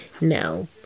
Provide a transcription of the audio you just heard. No